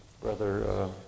Brother